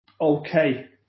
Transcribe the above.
okay